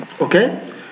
okay